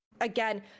again